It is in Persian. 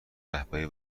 رهبری